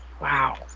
Wow